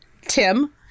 Tim